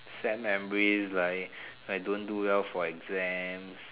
sad memories like don't do well for exams